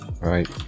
Right